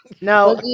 now